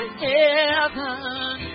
heaven